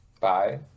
bye